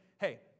hey